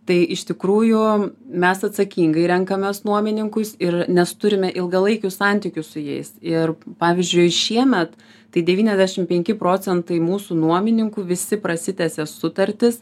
tai iš tikrųjų mes atsakingai renkamės nuomininkus ir nes turime ilgalaikius santykius su jais ir pavyzdžiui šiemet tai devyniasdešim penki procentai mūsų nuomininkų visi prasitęsė sutartis